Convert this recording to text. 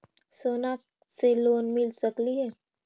सोना से लोन मिल सकली हे?